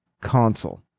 console